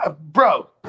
bro